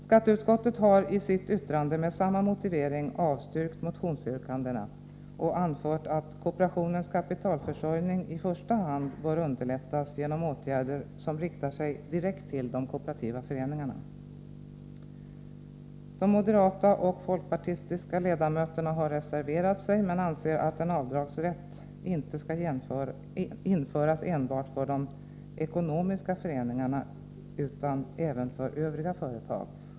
Skatteutskottet har i sitt yttrande med samma motiveringar avstyrkt motionsyrkandena och anfört att kooperationens kapitalförsörjning i första hand bör underlättas genom åtgärder som riktar sig direkt till de kooperativa föreningarna. De moderata och folkpartistiska ledamöterna har reserverat sig. De anser att en avdragsrätt inte skall införas enbart för ekonomiska föreningar utan även för övriga företag.